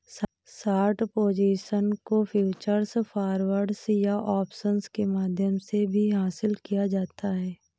short position को futures, forwards या options के माध्यम से भी हासिल किया जाता है